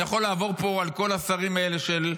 אני יכול לעבור פה על כל השרים האלה של,